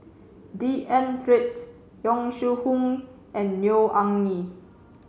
D N Pritt Yong Shu Hoong and Neo Anngee